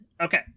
Okay